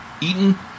Eaton